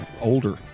older